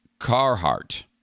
Carhartt